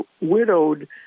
widowed